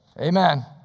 Amen